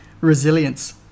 Resilience